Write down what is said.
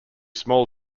small